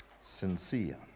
sincere